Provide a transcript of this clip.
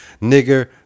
nigger